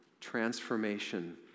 transformation